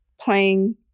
playing